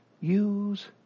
use